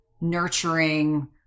nurturing